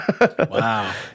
Wow